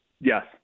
Yes